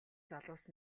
залуус